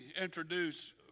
introduce